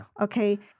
Okay